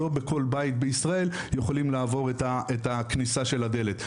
לא בכל בית בישראל יכולים לעבור את הכניסה של הדלת,